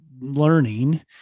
learning